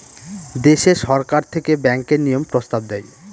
দেশে সরকার থেকে ব্যাঙ্কের নিয়ম প্রস্তাব দেয়